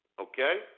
Okay